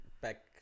back